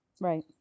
Right